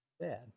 Bad